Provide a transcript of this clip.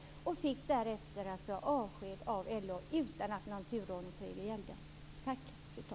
Därefter fick han alltså avsked från LO - utan att någon turordningsregel gällde.